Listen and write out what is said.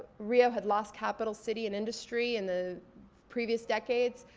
rio had lost capital city in industry in the previous decades.